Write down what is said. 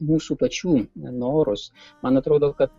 mūsų pačių norus man atrodo kad